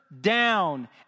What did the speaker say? down